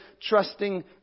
trusting